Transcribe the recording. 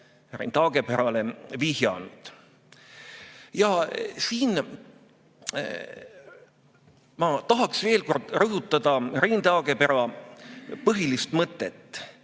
Rein Taageperale vihjanud. Ja siin ma tahaksin veel kord rõhutada Rein Taagepera põhilist mõtet,